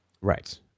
Right